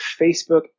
Facebook